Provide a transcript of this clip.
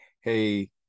Hey